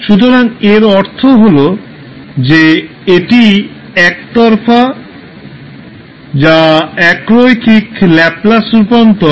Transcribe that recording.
সুতরাং এর অর্থ হল যে এটি একতরফা যা একরৈখিক ল্যাপলাস রূপান্তর